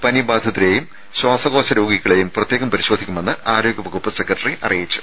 പനി ബാധിതരെയും ശ്വാസകോശ രോഗികളെയും പ്രത്യേകം പരിശോധിക്കുമെന്ന് ആരോഗ്യ വകുപ്പ് സെക്രട്ടറി അറിയിച്ചു